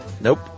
Nope